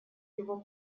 его